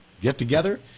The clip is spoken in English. get-together